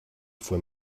fue